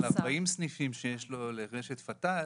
על 40 סניפים שיש לרשת פתאל,